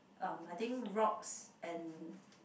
um I think rocks and